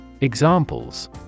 Examples